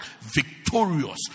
victorious